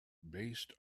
based